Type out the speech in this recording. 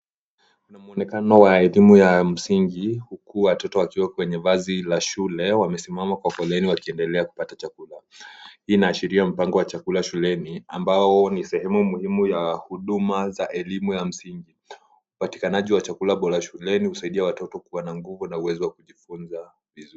Kuna muonekano wa elimu ya msingi huku watoto wakiwa kwenye basi la shule wamesimama kwa foleni wakiendelea kupata chakula. Hii inaashiria mpango wa chakula shuleni ambao ni sehemu muhimu ya huduma za elimu ya msingi. Upatikanaji wa chakula bora shuleni husaidia watoti kuwa na nguvu na uwezo wa kujifunza shuleni.